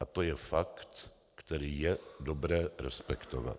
A to je fakt, který je dobré respektovat.